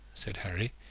said harry,